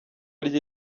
rye